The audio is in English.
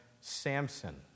Samson